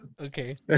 okay